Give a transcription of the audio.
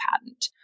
patent